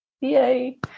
Yay